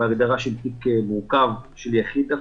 בהגדרה של תיק מורכב של יחיד דווקא.